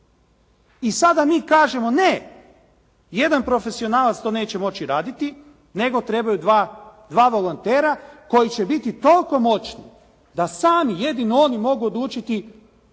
I sada mi kažemo: Ne. Jedan profesionalac to neće moći raditi nego trebaju dva volontera koji će biti toliko moćni da sami jedino oni mogu odlučiti hoće